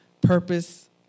Purpose